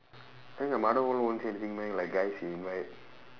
then your mother won't say anything meh like guys you invite